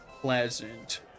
pleasant